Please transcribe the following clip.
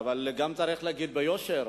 אבל צריך להגיד גם ביושר,